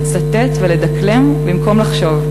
לצטט ולדקלם במקום לחשוב.